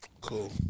Cool